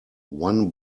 one